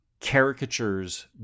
caricatures